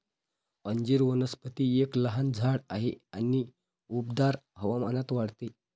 अंजीर वनस्पती एक लहान झाड आहे आणि उबदार हवामानात वाढते